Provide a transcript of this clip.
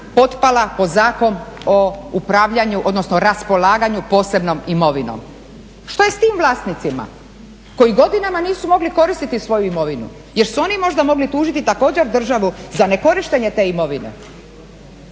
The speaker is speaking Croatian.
potpala pod Zakon o upravljanju, odnosno raspolaganju posebnom imovinom. Što je s tim vlasnicima? Koji godinama nisu mogli koristiti svoju imovinu. Jesu oni možda mogli tužiti također državu za nekorištenje te imovine?